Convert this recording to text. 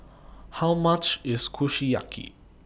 How much IS Kushiyaki